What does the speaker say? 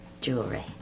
Jewelry